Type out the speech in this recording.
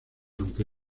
aunque